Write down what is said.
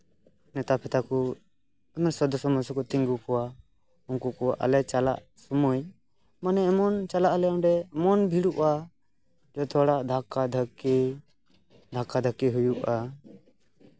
ᱱᱮᱛᱟ ᱯᱷᱮᱛᱟ ᱠᱚ ᱫᱚᱥᱮ ᱢᱟᱥᱮ ᱠᱚ ᱛᱤᱸᱜᱩ ᱠᱚᱣᱟ ᱩᱱᱠᱩ ᱠᱚ ᱟᱞᱮ ᱪᱟᱞᱟᱜ ᱥᱚᱢᱚᱭ ᱢᱟᱱᱮ ᱮᱢᱚᱱ ᱪᱟᱞᱟᱜ ᱟᱞᱮ ᱚᱸᱰᱮ ᱮᱢᱚᱱ ᱵᱷᱤᱲᱤᱜᱼᱟ ᱡᱚᱛᱚ ᱦᱚᱲᱟᱜ ᱫᱷᱟᱠᱠᱟ ᱫᱷᱟᱹᱠᱠᱤ ᱫᱷᱟᱠᱠᱟ ᱫᱷᱟᱹᱠᱠᱤ ᱦᱩᱭᱩᱜᱼᱟ